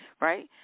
right